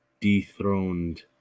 dethroned